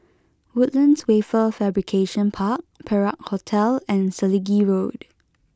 Woodlands Wafer Fabrication Park Perak Hotel and Selegie Road